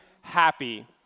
happy